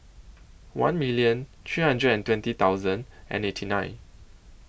one minute three hundred and twenty thousand and eighty nine